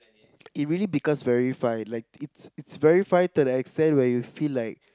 it really becomes very fine like it's it's very fine to the extent you feel like